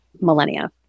millennia